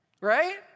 Right